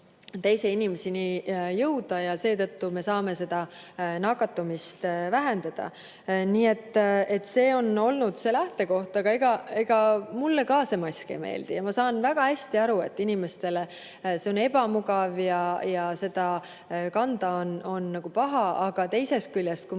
teise inimeseni jõuda ja seetõttu me saame maski abil nakatumist vähendada. Nii et see on olnud see lähtekoht. Ega mulle ka mask ei meeldi ja ma saan väga hästi aru, et inimestele see on ebamugav ja seda on paha kanda. Aga teisest küljest, kui